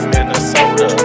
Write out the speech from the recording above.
Minnesota